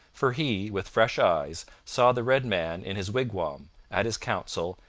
for he, with fresh eyes, saw the red man in his wigwam, at his council,